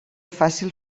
fàcil